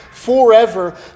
Forever